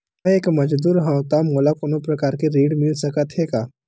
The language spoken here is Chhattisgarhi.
मैं एक मजदूर हंव त मोला कोनो प्रकार के ऋण मिल सकत हे का?